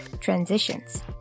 transitions